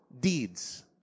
deeds